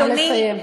נא לסיים.